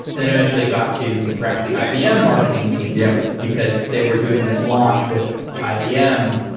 then eventually it got to perhaps the ibm marketing team, yeah because they were doing this launch with ibm.